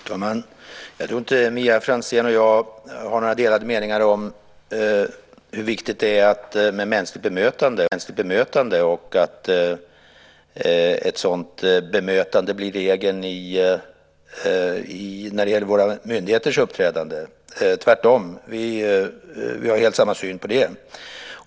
Fru talman! Jag tror inte att Mia Franzén och jag har några delade meningar om hur viktigt det är med mänskligt bemötande och att ett sådant bemötande blir regel när det gäller våra myndigheters uppträdande - tvärtom. Vi har helt samma syn på det.